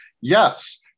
yes